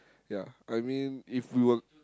ya I mean if we were